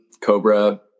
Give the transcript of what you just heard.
Cobra